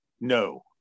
No